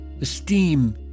esteem